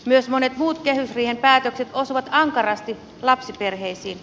myös monet muut kehysriihen päätökset osuvat ankarasti lapsiperheisiin